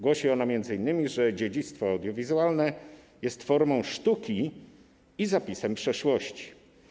Głosi ona m.in., że dziedzictwo audiowizualne jest formą sztuki i zapisem przeszłości.